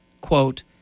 quote